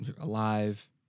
alive